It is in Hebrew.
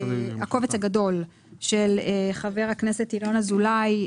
לקובץ גדול של חבר הכנסת ינון אזולאי,